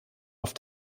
auf